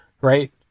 right